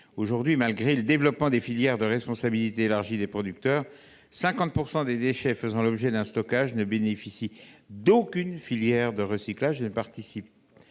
Aujourd’hui, malgré le développement des filières de responsabilité élargie des producteurs, 50 % des déchets faisant l’objet d’un stockage ne bénéficient d’aucune filière de recyclage et ne participent